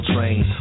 Train